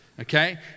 okay